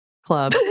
club